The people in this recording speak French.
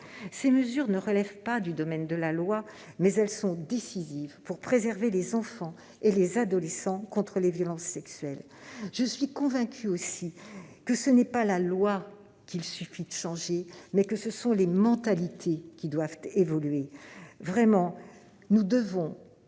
Ces mesures ne relèvent pas du domaine de la loi, mais elles sont décisives pour préserver les enfants et les adolescents contre les violences sexuelles. Je suis également convaincue qu'il ne suffit pas de changer la loi : ce sont aussi les mentalités qui doivent évoluer. Vraiment, nous devons